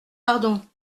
pardon